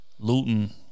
Looting